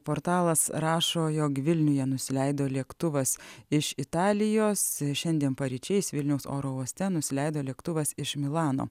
portalas rašo jog vilniuje nusileido lėktuvas iš italijos šiandien paryčiais vilniaus oro uoste nusileido lėktuvas iš milano